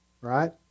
right